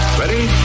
Ready